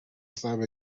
sabe